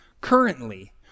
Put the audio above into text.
currently